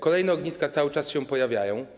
Kolejne ogniska cały czas się pojawiają.